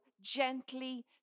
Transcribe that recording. gently